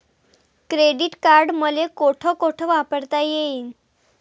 Credit card मले कोठ कोठ वापरता येईन?